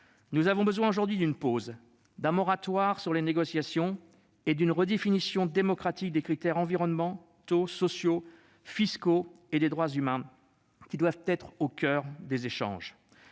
Nous avons besoin aujourd'hui d'une pause, d'un moratoire sur les négociations et d'une redéfinition démocratique des critères environnementaux, sociaux, fiscaux et de droits humains, qui doivent être au coeur des échanges.